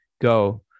go